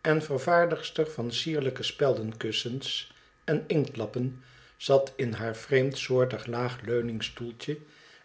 en vervaardigster van sierlijke speldenkussens en inktlappen zal in haar vreemdsoortig laag leuningstoeltje